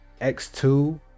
X2